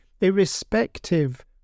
irrespective